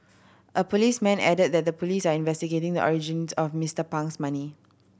a policeman added that the police are investigating the origins of Mister Pang's money